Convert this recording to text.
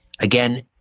again